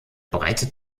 breite